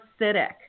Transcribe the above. acidic